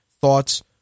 thoughts